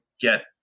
get